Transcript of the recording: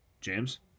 James